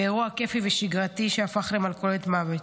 באירוע כיפי ושגרתי שהפך למלכודת מוות.